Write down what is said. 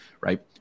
Right